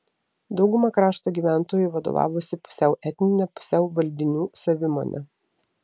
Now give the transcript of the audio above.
dauguma krašto gyventojų vadovavosi pusiau etnine pusiau valdinių savimone